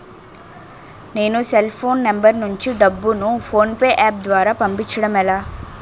నేను cell phone number నుంచి డబ్బును ను ఫోన్పే అప్ ద్వారా పంపించడం ఎలా?